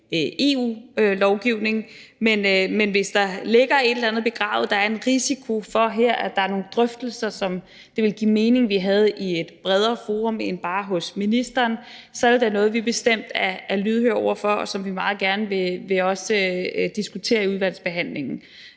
EU-lovgivning. Men hvis der ligger et eller begravet og der er en risiko for her, at der er nogle drøftelser, som det ville give mening vi havde i et bredere forum end bare hos ministeren, så er det da noget, vi bestemt er lydhøre over for, og som vi også meget gerne vil diskutere i udvalgsbehandlingen.